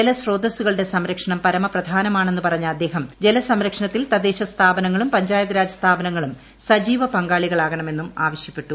ജലസ്രോതസ്സുകളുടെ സംരക്ഷണം പരമപ്രധാനമാണെന്ന് പറഞ്ഞ അദ്ദേഹം ജലസംരക്ഷണത്തിൽ തദ്ദേശസ്ഥാപനങ്ങളും പഞ്ചായത്ത് രാജ് സ്ഥാപനങ്ങളും സജീവ പങ്കാളികളാകണമെന്നും ആവശ്യപ്പെട്ടു